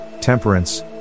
temperance